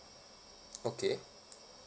okay